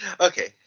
okay